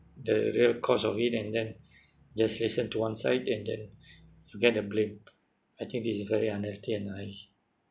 the real cause of it and then just listen to one side and then get the blame I think this is very unhealthy and I